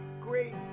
great